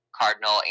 Cardinal